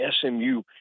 SMU –